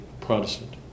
Protestant